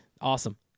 Awesome